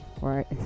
right